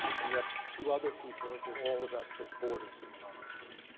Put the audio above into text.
and yet two other people did all the rest of the borders in the manuscript.